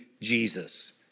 Jesus